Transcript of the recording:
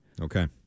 Okay